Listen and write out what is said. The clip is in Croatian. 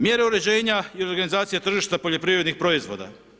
Mjere uređenja i organizacija tržište poljoprivrednih proizvoda.